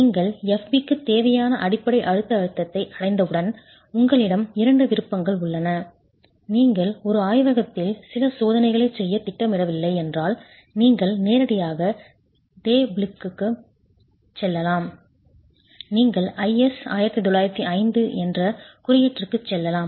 நீங்கள் fb க்கு தேவையான அடிப்படை அழுத்த அழுத்தத்தை அடைந்தவுடன் உங்களிடம் இரண்டு விருப்பங்கள் உள்ளன நீங்கள் ஒரு ஆய்வகத்தில் சில சோதனைகளை செய்யத் திட்டமிடவில்லை என்றால் நீங்கள் நேரடியாக டேபிளுக்குச் செல்லலாம் நீங்கள் IS 1905 என்ற குறியீட்டிற்குச் செல்லலாம்